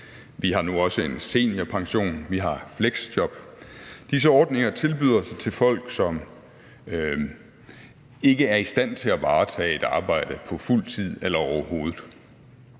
vi har nu også en seniorpension, vi har fleksjob. Disse ordninger tilbydes folk, som ikke er i stand til at varetage et arbejde på fuld tid eller overhovedet.